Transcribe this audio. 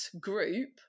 group